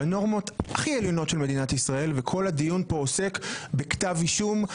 בנורמות הכי עליונות של מדינת ישראל וכל הדיון כאן עוסק בכתב אישום,